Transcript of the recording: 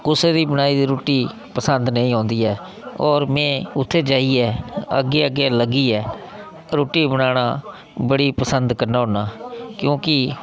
कुसै दी बनाई दी रुट्टी पसंद नेईं औंदी ऐ ते होर में उत्थें जाइयै अग्गें अग्गें लग्गियै रुट्टी बनान्ना बड़ी पसंद करना होन्नां की जे